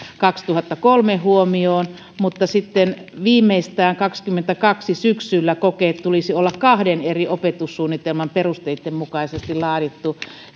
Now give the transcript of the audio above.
kaksituhattakolme huomioon mutta sitten viimeistään syksyllä kaksituhattakaksikymmentäkaksi kokeiden tulisi olla kaksien eri opetussuunnitelman perusteitten mukaisesti laaditut